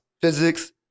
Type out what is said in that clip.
physics